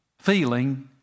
feeling